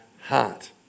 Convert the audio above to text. heart